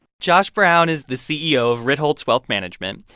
josh brown is the ceo of ritholtz wealth management,